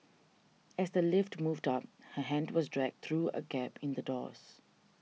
as the lift moved up her hand was dragged through a gap in the doors